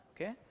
Okay